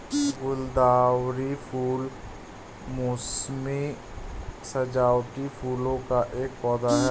गुलदावरी फूल मोसमी सजावटी फूलों का एक पौधा है